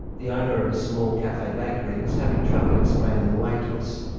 the owner of a small cafe bakery was having trouble explaining the way to us.